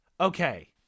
Okay